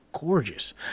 gorgeous